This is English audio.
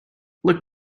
look